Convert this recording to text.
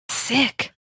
Sick